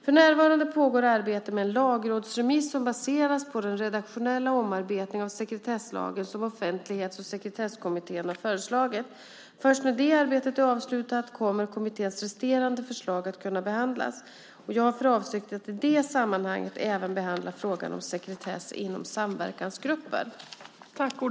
För närvarande pågår arbete med en lagrådsremiss som baseras på den redaktionella omarbetning av sekretesslagen som Offentlighets och sekretesskommittén har föreslagit. Först när det arbetet är avslutat kommer kommitténs resterande förslag att kunna behandlas. Jag har för avsikt att i det sammanhanget även behandla frågan om sekretess inom samverkansgrupper.